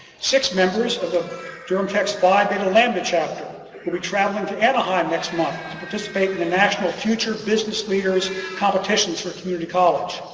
six members of the durham tech's phi beta lambda chapter will be traveling to anaheim next month to participate in the national future business leaders competitions for community college.